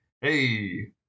Hey